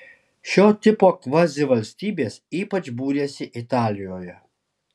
šio tipo kvazivalstybės ypač būrėsi italijoje